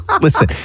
Listen